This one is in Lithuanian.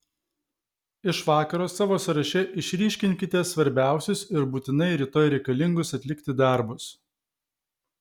iš vakaro savo sąraše išryškinkite svarbiausius ir būtinai rytoj reikalingus atlikti darbus